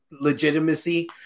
legitimacy –